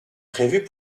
prévus